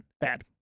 Bad